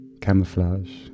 Camouflage